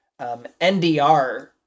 NDR